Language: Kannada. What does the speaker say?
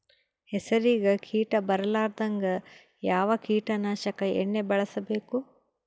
ಹೆಸರಿಗಿ ಕೀಟ ಬರಲಾರದಂಗ ಯಾವ ಕೀಟನಾಶಕ ಎಣ್ಣಿಬಳಸಬೇಕು?